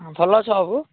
ହଁ ଭଲ ଅଛ ବାବୁ